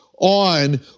on